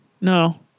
no